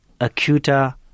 acuta